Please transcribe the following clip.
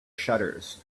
shutters